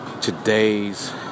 today's